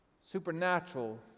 supernatural